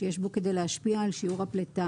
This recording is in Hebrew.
שיש בו כדי להשפיע על שיעור הפליטה,